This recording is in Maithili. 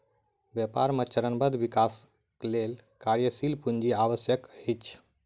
व्यापार मे चरणबद्ध विकासक लेल कार्यशील पूंजी आवश्यक अछि